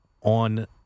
on